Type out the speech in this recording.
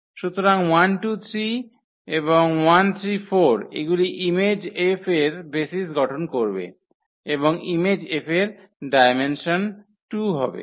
সুতরাং 1 2 3 1 3 4 এগুলি image F এর বেসিস গঠন করবে এবং ইমেজ F এর ডায়মেনসন 2 হবে